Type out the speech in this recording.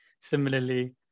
Similarly